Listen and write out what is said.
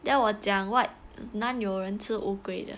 then 我讲 [what] 哪里有人吃乌龟的